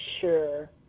sure